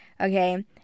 okay